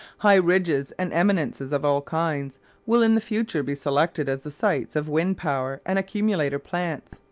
high ridges and eminences of all kinds will in the future be selected as the sites of wind-power and accumulator plants.